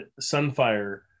Sunfire